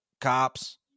Cops